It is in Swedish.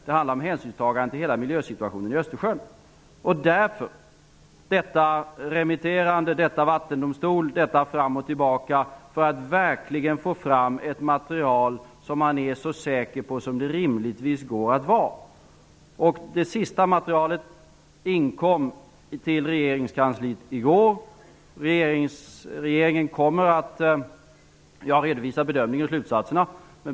Det handlar om hänsynstagande till hela miljösituationen i För att verkligen få fram ett material som man är så säker på som det rimligtvis går att vara har vi haft detta remitterande och denna prövning i Vattendomstolen fram och tillbaka. Det sista materialet inkom till regeringskansliet i går. Regeringen kommer att redovisa bedömningen och slutsatserna.